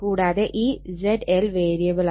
കൂടാതെ ഈ ZL വേരിയബിളാണ്